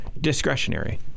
Discretionary